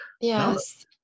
yes